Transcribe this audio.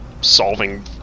solving